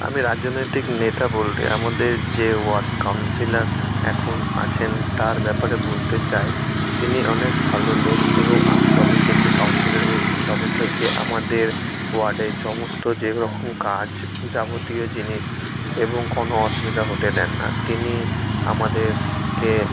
আমি রাজনৈতিক নেতা বলতে আমাদের যে ওয়ার্ড কাউন্সিলর এখন আছেন তার ব্যাপারে বলতে চাই তিনি অনেক ভালো লোক এবং যবে থেকে কাউন্সিলর হয়েছেন তবে থেকে আমাদের ওয়ার্ডের সমস্ত যেরকম কাজ যাবতীয় জিনিস এবং কোনো অসুবিধা হতে দেন না তিনি আমাদেরকে